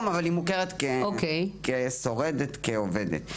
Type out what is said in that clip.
ומוכרת כשורדת או כעובדת.